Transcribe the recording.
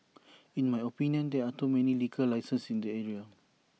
in my opinion there are too many liquor licenses in the area